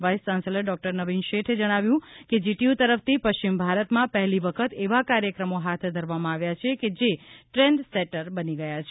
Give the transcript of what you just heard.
vice chancellor doctor Naveen શેઠે જણાવ્યું છે કે જીટીયુ તરફથી પશ્ચિમ ભારતમાં પહેલી વખત એવા કાર્યક્રમો હાથ ધરવામાં આવ્યા છે કે જે ટ્રેન્ડ સેટર બની ગયા છે